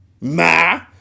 ma